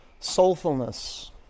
soulfulness